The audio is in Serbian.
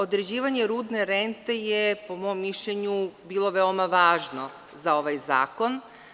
Određivanje rudne rente je, po mom mišljenju, bilo veoma važno za ovaj zakon.